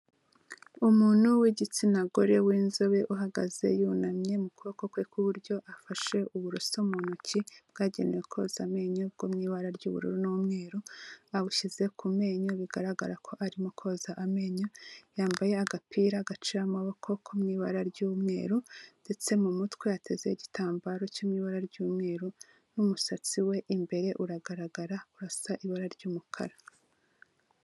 Umuntu w'igitsina gore w'inzobe uhagaze yunamye, mu kuboko kwe kw'iburyo afashe uburoso mu ntoki bwagenewe koza amenyo bwo mu ibara ry'ubururu n'umweru, abushyize ku menyo bigaragara ko arimo koza amenyo, yambaye agapira gaciye amaboko ko mu ibara ry'umweru ndetse mu mutwe ateze igitambaro cyo mu ibara ry'umweru n'umusatsi we imbere uragaragara, urasa ibara ry'umukara.